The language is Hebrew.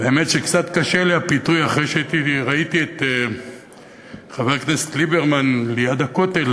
האמת היא שהפיתוי קצת קשה לי אחרי שראיתי את חבר הכנסת ליברמן ליד הכותל